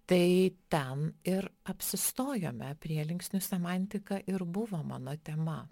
tai ten ir apsistojome prielinksnių semantika ir buvo mano tema